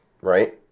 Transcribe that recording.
right